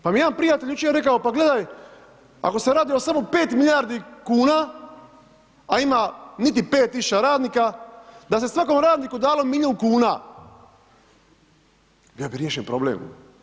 Pa mi je jedan prijatelj jučer rekao, pa gledaj ako se radi o samo 5 milijardi kuna, a ima niti 5.000 radnika da se svakom radniku dalo milijun kuna ja bi riješio problem.